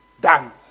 done